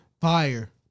Fire